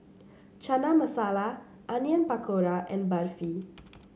Chana Masala Onion Pakora and Barfi